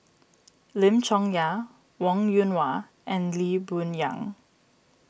Lim Chong Yah Wong Yoon Wah and Lee Boon Yang